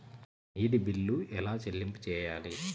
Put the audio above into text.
నీటి బిల్లు ఎలా చెల్లింపు చేయాలి?